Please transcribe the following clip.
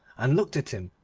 and looked at him,